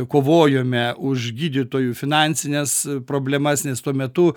kovojome už gydytojų finansines problemas nes tuo metu